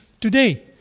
today